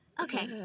Okay